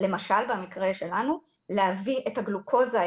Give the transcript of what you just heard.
למשל במקרה שלנו להביא את הגלוקוזה,